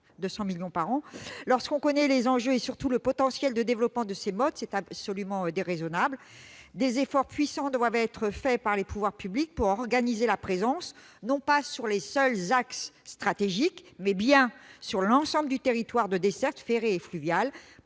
200 millions d'euros par an. Lorsque l'on connaît les enjeux et surtout le potentiel de développement de ces modes de transport, c'est absolument déraisonnable. Des efforts importants doivent être faits par les pouvoirs publics pour organiser la présence non pas sur les seuls axes stratégiques, mais bien sur l'ensemble du territoire de dessertes ferrée et fluviale